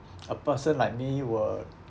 a person like me will